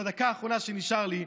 בדקה האחרונה שנשארה לי.